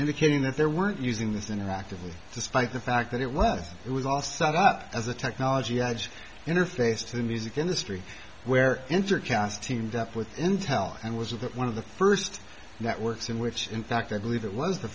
indicating that there weren't using this interactively despite the fact that it was it was all set up as a technology edge interface to the music industry where enter chast teamed up with intel and was that one of the first networks in which in fact i believe it was the